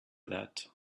that